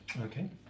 Okay